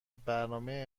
برنامه